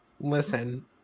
listen